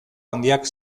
handiak